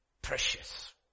Precious